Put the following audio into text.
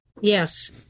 Yes